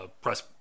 press